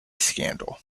scandal